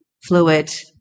fluid